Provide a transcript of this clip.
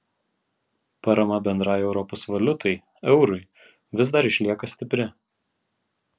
parama bendrai europos valiutai eurui vis dar išlieka stipri